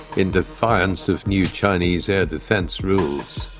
in defiance of new chinese air defence rules.